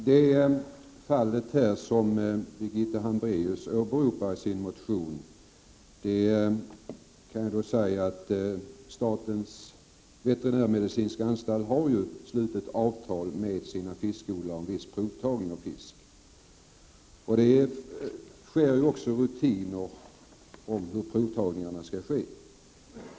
Herr talman! När det gäller det fall som Birgitta Hambraeus åberopar i sin motion vill jag säga att statens veterinärmedicinska anstalt har slutit avtal med sina fiskodlare om viss provtagning av fisk. Det finns ju också rutiner i fråga om hur provtagningen skall ske.